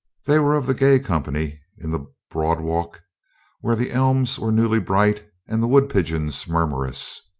they were of the gay company in the broad walk where the elms were newly bright and the wood pigeons murmurous.